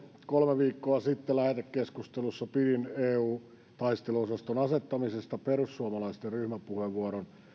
kolme viikkoa sitten lähetekeskustelussa pidin eu taisteluosaston asettamisesta perussuomalaisten ryhmäpuheenvuoron